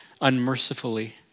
unmercifully